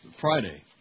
Friday